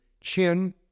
chin